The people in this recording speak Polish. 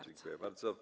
Dziękuję bardzo.